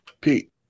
Pete